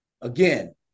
Again